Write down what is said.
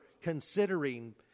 considering